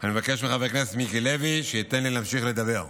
אני מבקש מחבר הכנסת מיקי לוי שייתן לי להמשיך לדבר.